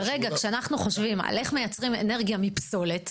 כשאנחנו חושבים על איך מייצרים אנרגיה מפסולת,